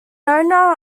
owner